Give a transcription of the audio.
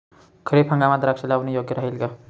खरीप हंगामात द्राक्षे लावणे योग्य राहिल का?